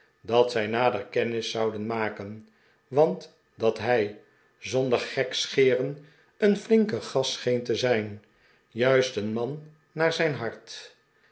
dat zij nader kennis zouden maken want dat hij zonder gekscheren een flinke gast scheen te zijn tt juist een man naar zijn hart